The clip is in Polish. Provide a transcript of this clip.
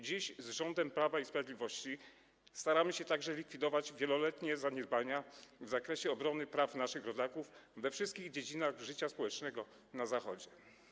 Dziś z rządem Prawa i Sprawiedliwości staramy się także likwidować wieloletnie zaniedbania w zakresie obrony praw naszych rodaków we wszystkich dziedzinach życia społecznego na Zachodzie.